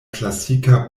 klasika